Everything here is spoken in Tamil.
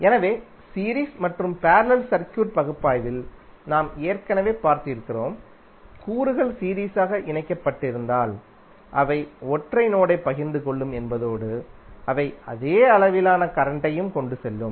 எனவே சீரீஸ் மற்றும் பேரலல் சர்க்யூட் பகுப்பாய்வில் நாம் ஏற்கனவே பார்த்திருக்கிறோம் கூறுகள் சீரீஸிலாக இணைக்கப்பட்டிருந்தால் அவை ஒற்றை நோடைப் பகிர்ந்து கொள்ளும் என்பதோடு அவை அதே அளவிலான கரண்ட்டையும் கொண்டு செல்லும்